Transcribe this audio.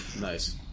Nice